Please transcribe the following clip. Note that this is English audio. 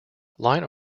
line